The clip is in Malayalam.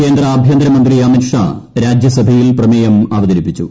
കേന്ദ്ര ആഭ്യന്തരമന്ത്രി അമിത്ഷാ രാജ്യസഭയിൽ പ്രമേയം അവതരിപ്പിച്ചു